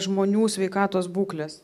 žmonių sveikatos būklės